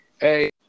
Hey